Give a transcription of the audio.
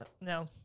No